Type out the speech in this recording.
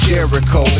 Jericho